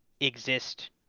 exist